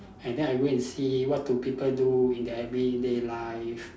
and then I go and see what do people do in their everyday life